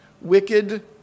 wicked